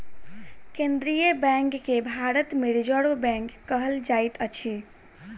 केन्द्रीय बैंक के भारत मे रिजर्व बैंक कहल जाइत अछि